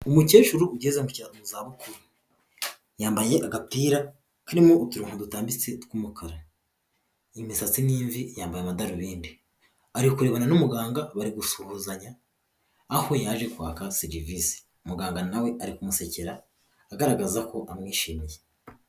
Umukecuru ugeze mu kizero k'izabukuru yambaye agapira karimo uturungo dutambitse tw'umukara, imisatsi ni imvi yambaye amadarubindi, ari kurebana n'umuganga bari gusuhuzanya, aho yaje kwaka serivise, muganga nawe ari kumusekera agaragaza ko amwishimiye.